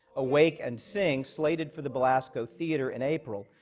awake and sing, slated for the belasco theater in april,